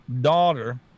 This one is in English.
daughter